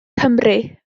cymru